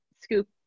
scoop